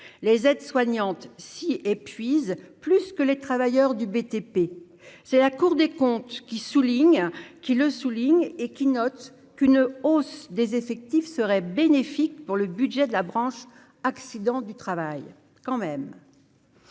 les aides-soignantes si épuise plus que les travailleurs du BTP, c'est la Cour des comptes, qui souligne qu'il le souligne et qui note qu'une hausse des effectifs serait bénéfique pour le budget de la branche accidents du travail quand même